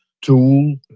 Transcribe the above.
tool